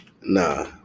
Nah